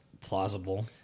plausible